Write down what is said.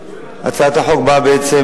הצעת החוק באה בעצם